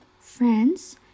France